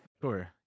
Sure